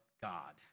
God